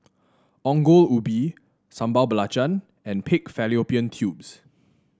Ongol Ubi Sambal Belacan and Pig Fallopian Tubes